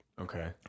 Okay